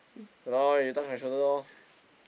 !walao eh! you touch my shoulder lor